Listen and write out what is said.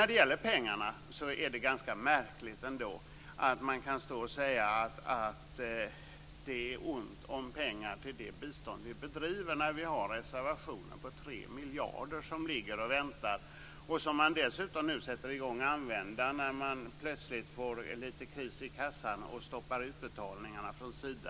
Det är ändå ganska märkligt att man kan säga att det är ont om pengar till det bistånd vi bedriver när vi har en reservation på 3 miljarder som ligger och väntar, och som man nu dessutom sätter i gång att använda när man plötsligt får lite kris i kassan och stoppar utbetalningarna från Sida.